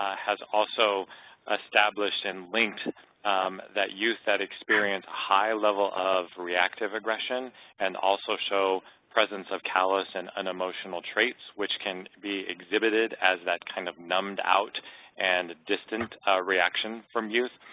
has also established and linked that youth that experience a high level of reactive aggression and also show presence of callous and unemotional traits, which can be exhibited as that kind of numbed out and distant reaction from youth.